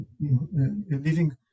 living